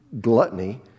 gluttony